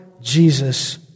Jesus